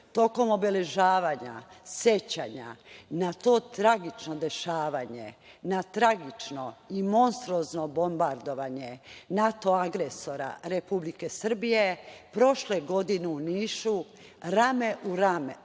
tokom obeležavanja sećanja na to tragično dešavanje, na tragično i monstruozno bombardovanje NATO agresora Republike Srbije prošle godine u Nišu rame uz rame